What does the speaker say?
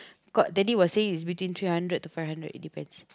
cause daddy was saying it's between three hundred to five hundred it depends